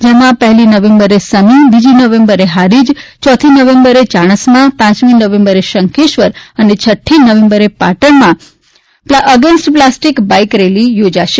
જેમાં પહેલી નવેમ્બરે સમી બીજી નવેમ્બરે હારીજ યોથી નવેમ્બરે ચાણસ્મા પાંચમી નવેમ્બરે શંખેશ્વર અને છઠ્ઠી નવેમ્બરે પાટણમાં અગેન્સ્ટ પ્લાસ્ટિક બાઇક રેલી યોજાશે